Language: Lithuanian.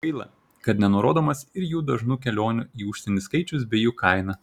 gaila kad nenurodomas ir jų dažnų kelionių į užsienį skaičius bei jų kaina